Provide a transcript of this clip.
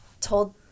told